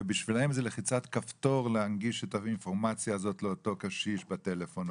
ובשבילם זו לחיצה כפתור להנגיש את האינפורמציה הזאת לאותו קשיש בטלפון,